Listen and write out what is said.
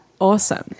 awesome